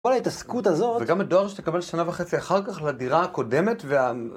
כל ההתעסקות הזאת וגם הדואר שתקבל שנה וחצי אחר כך לדירה הקודמת